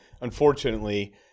unfortunately